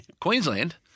Queensland